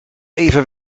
even